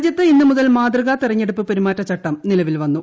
രാജ്യത്ത് ഇന്ന് മുതൽ മാതൃക്കൂ ത്തെരഞ്ഞെടുപ്പ് പെരുമാറ്റ ചട്ടം നിലവിൽ വന്നു